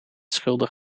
schuldig